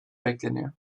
bekleniyor